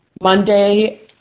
Monday